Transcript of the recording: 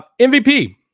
MVP